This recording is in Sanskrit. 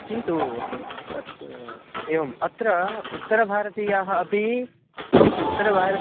किन्तु तत् एवम् अत्र उत्तरभारतीयाः अपि उत्तरभारतम्